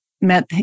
met